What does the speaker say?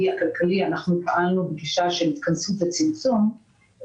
והכלכלי אנחנו פעלנו בגישה של התכנסות וצמצום,